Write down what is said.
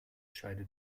scheide